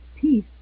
peace